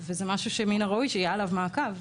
וזה משהו שמן הראוי שיהיה עליו מעקב.